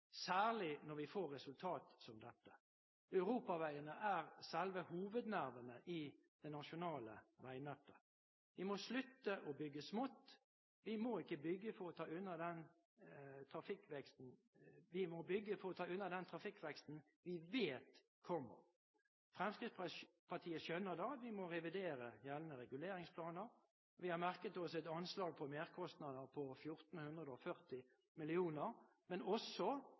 særlig når vi får resultater som dette. Europaveiene er selve hovednervene i det nasjonale veinettet. Vi må slutte å bygge smått. Vi må bygge for å ta unna den trafikkveksten vi vet kommer. Fremskrittspartiet skjønner at da må vi revidere gjeldende reguleringsplaner. Vi har merket oss et anslag på merkostnader på 1 440 mill. kr, men også